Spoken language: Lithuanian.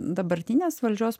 dabartinės valdžios